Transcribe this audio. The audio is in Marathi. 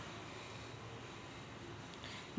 बिगर शेती धारकाले बँक कर्ज देऊ शकते का?